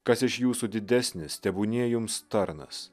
kas iš jūsų didesnis tebūnie jums tarnas